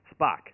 Spock